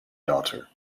daughter